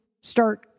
start